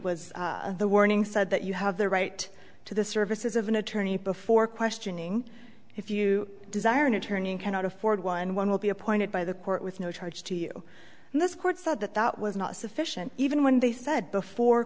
was the warning said that you have the right to the services of an attorney before questioning if you desire an attorney and cannot afford one one will be appointed by the court with no charge to you and this court said that that was not sufficient even when they said before